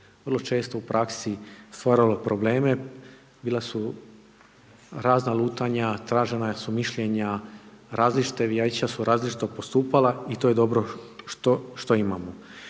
vrlo često u praksi stvaralo probleme, bila su razna lutanja, tražena su mišljenja, različita vijeća su različito postupala i to je dobro što imamo.